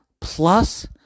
Plus